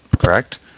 correct